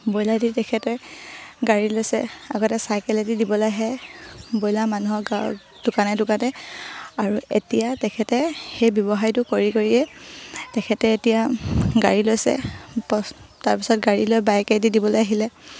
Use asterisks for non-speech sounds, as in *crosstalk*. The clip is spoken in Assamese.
ব্ৰয়লাৰ দি তেখেতে গাড়ী লৈছে আগতে চাইকেলে দি দিবলৈ আহে ব্ৰইলাৰ মানুহক গাঁৱৰ দোকানে দোকানে আৰু এতিয়া তেখেতে সেই ব্যৱসায়টো কৰি কৰিয়ে তেখেতে এতিয়া গাড়ী লৈছে *unintelligible* তাৰপিছত গাড়ী লৈ বাইকে দি দিবলৈ আহিলে